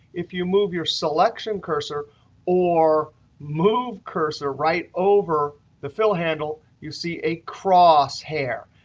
if you move your selection cursor or move cursor right over the fill handle, you'll see a crosshair.